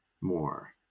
more